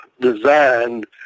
designed